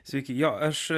sveiki jo aš